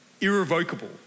Irrevocable